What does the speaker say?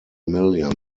million